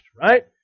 Right